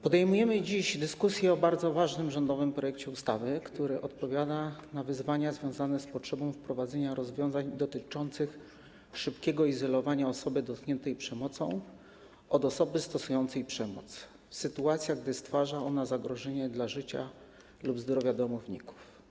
Podejmujemy dziś dyskusję nad bardzo ważnym rządowym projektem ustawy, który odpowiada na wyzwania związane z potrzebą wprowadzenia rozwiązań dotyczących szybkiego izolowania osoby dotkniętej przemocą od osoby stosującej przemoc w sytuacji, gdy stwarza ona zagrożenie dla życia lub zdrowia domowników.